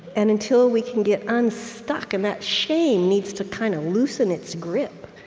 and until we can get unstuck and that shame needs to kind of loosen its grip,